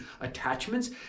attachments